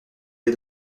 des